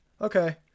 okay